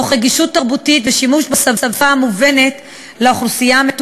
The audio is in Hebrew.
תוך רגישות תרבותית ושימוש בשפה המובנת למטופלים.